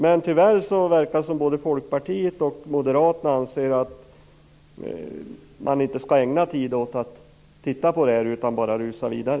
Men tyvärr verkar det som om både Folkpartiet och Moderaterna anser att man inte skall ägna tid åt att titta på det här utan bara rusa vidare.